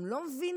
הם לא מבינים?